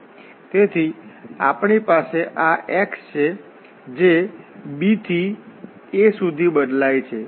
તેથી અહીં આપણી પાસે આ x છે જે b થી a સુધી બદલાય છે